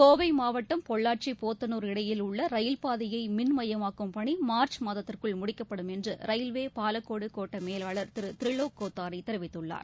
கோவை மாவட்டம் பொள்ளாச்சி போத்தனூர் இடையில் உள்ள ரயில்பாதையை மின்மயமாக்கும் பணி மார்ச் மாதத்திற்குள் முடிக்கப்படும் என்று ரயில்வே பாலக்காடு கோட்ட மேலாளர் திரு த்ரிவோக் கோத்தாரி தெரிவித்துள்ளார்